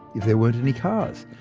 if there weren't any cars.